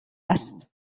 است